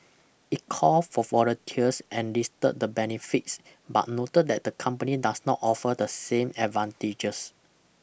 it called for volunteers and listed the benefits but noted that the company does not offer the same advantages